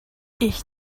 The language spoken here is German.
ich